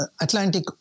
Atlantic